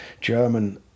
German